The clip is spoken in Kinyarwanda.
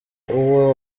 uwo